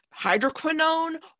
hydroquinone